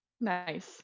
Nice